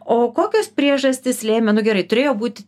o kokios priežastys lėmė nu gerai turėjo būti